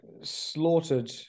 slaughtered